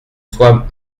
soit